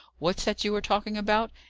what's that you are talking about?